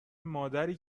مادری